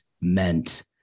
meant